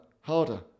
harder